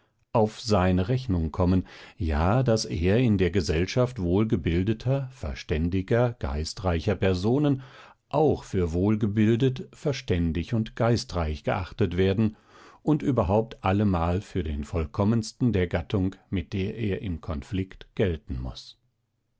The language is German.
auf seine rechnung kommen ja daß er in der gesellschaft wohlgebildeter verständiger geistreicher personen auch für wohlgebildet verständig und geistreich geachtet werden und überhaupt allemal für den vollkommensten der gattung mit der er im konflikt gelten muß